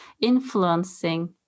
influencing